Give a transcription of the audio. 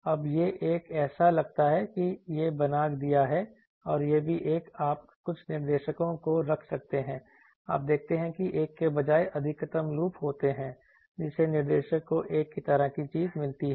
अब यह एक ऐसा लगता है कि यह बना दिया है और यह भी कि आप कुछ निर्देशकों को रख सकते हैं आप देखते हैं कि एक के बजाय अधिक लूप होते हैं जिससे निर्देशक को एक तरह की चीज मिलती है